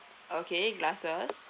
okay glasses